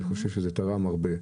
אני חושב שזה טרם הרבה.